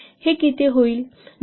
हे किती होईल